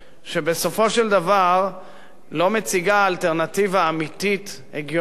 שבסופו של דבר לא מציגה אלטרנטיבה אמיתית הגיונית